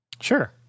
Sure